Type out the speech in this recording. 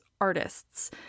artists